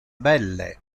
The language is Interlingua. belle